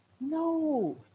No